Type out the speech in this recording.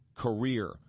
Career